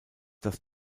das